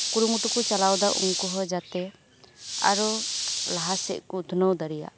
ᱠᱩᱨᱩᱢᱩᱴᱩ ᱠᱩ ᱪᱟᱞᱟᱣᱮᱫᱟ ᱩᱱᱠᱩᱦᱚᱸ ᱡᱟᱛᱮ ᱟᱨᱚ ᱞᱟᱦᱟᱥᱮᱫᱠᱩ ᱩᱛᱷᱱᱟᱹᱣ ᱫᱟᱲᱤᱭᱟᱜ